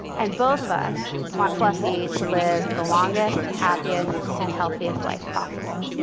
and both of us want fluffy to live the longest, happiest, and healthiest life possible.